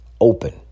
Open